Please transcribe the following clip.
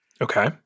Okay